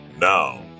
Now